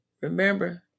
Remember